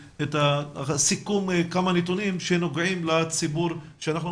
מענים ואלטרנטיבות והרבה פעמים שעמום